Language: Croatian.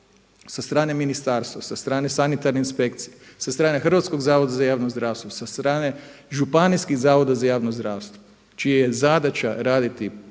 Sa strane ministarstva, sa strane sanitarne inspekcije, sa strane Hrvatskog zavoda za javno zdravstvo, sa strane Županijskih zavoda za javno zdravstvo čija je zadaća raditi